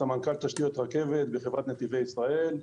סמנכ"ל תשתיות רכבת בחברת נתיבי ישראל,